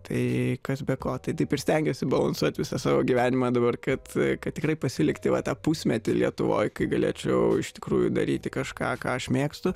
tai kas be ko tai taip ir stengiuosi balansuot visą savo gyvenimą dabar kad kad tikrai pasilikti va tą pusmetį lietuvoj kai galėčiau iš tikrųjų daryti kažką ką aš mėgstu